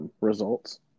Results